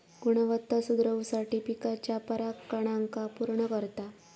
गुणवत्ता सुधरवुसाठी पिकाच्या परागकणांका पुर्ण करता